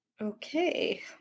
Okay